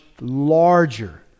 larger